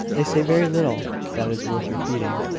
they say very little that is worth repeating.